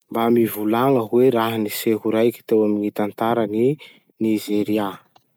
Mba mivolagna hoe raha-niseho raiky teo amy gny tantaran'i Nizeria?